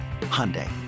Hyundai